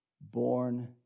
born